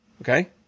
Okay